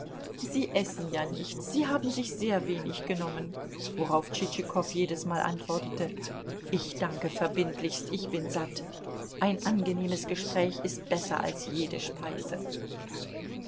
sie essen ja nichts sie haben sich sehr wenig genommen worauf tschitschikow jedesmal antwortete ich danke verbindlichst ich bin satt ein angenehmes gespräch ist besser als jede speise